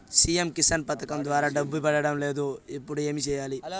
CM Kisan పథకం ద్వారా డబ్బు పడడం లేదు ఇప్పుడు ఏమి సేయాలి